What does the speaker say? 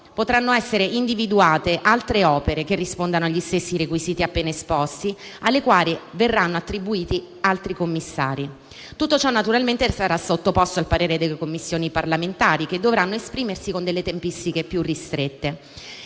potranno essere individuate altre opere che rispondano agli stessi requisiti appena esposti, alle quali verranno attribuiti altri commissari. Tutto ciò naturalmente sarà sottoposto al parere delle Commissioni parlamentari, che dovranno esprimersi con tempistiche più ristrette.